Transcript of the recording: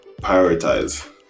prioritize